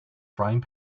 frying